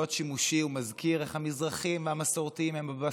הוא מזכיר איך המזרחים המסורתיים הם הבסטיונרים,